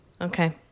Okay